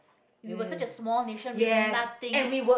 we were so such a small nation we've nothing